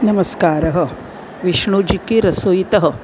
नमस्कारः विष्णुजिकी रसोयितः